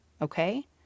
okay